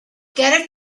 get